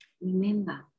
Remember